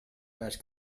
page